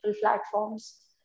platforms